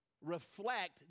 Reflect